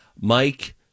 Mike